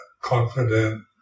confident